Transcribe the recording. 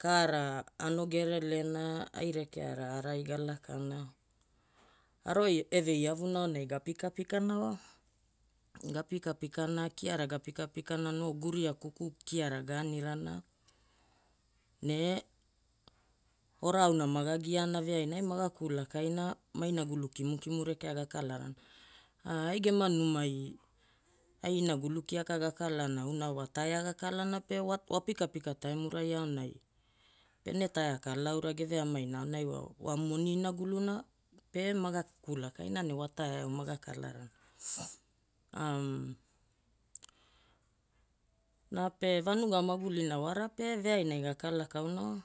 Kaara ano gerelena ai rekeara araai galakana. Aro eveiavuna aonai gapikapikana wa. Gapikapikana kiara gapikapikana no guria kuku kiaara ganirana ne ora auna magagiaana veainai maga kulakaina mainagulu kimukimu rekea gakalarana. A ai gema numai ai inagulu kiaka gakaalana auna wa taea gakalana pe wapikapika taimurai aonai pene taea kalara aura geveamaina aonai wa moni inaguluna pe maga kulakaina na ne wa taea eau maga kalarana. Na pe vanuga magulina wara pe veainai gakalakauna wa.